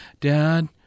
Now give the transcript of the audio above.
Dad